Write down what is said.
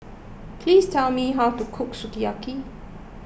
please tell me how to cook Sukiyaki